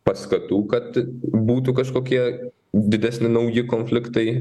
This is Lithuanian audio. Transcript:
paskatų kad būtų kažkokie didesni nauji konfliktai